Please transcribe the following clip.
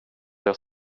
jag